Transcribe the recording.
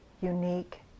unique